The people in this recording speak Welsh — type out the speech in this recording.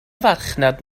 farchnad